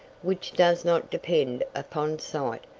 which does not depend upon sight,